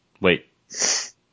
Wait